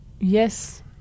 Yes